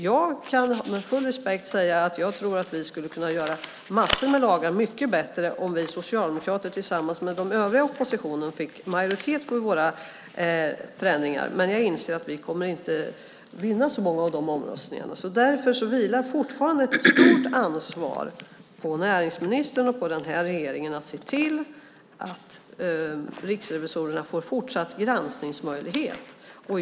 Jag kan med full respekt säga att jag tror att vi skulle göra massor med lagar mycket bättre om vi socialdemokrater tillsammans med den övriga oppositionen fick majoritet för våra förslag till förändringar. Men jag inser att vi inte kommer att vinna så många av de omröstningarna. Därför vilar fortfarande ett stort ansvar på näringsministern och på den här regeringen att se till att riksrevisorerna får fortsatt granskningsmöjlighet.